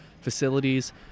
facilities